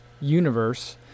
universe